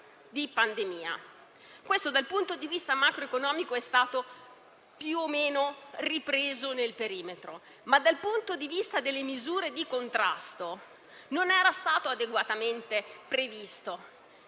Dal punto di vista macroeconomico, questo è stato più o meno ripreso nel perimetro, ma dal punto di vista delle misure di contrasto non era stato adeguatamente previsto.